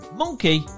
monkey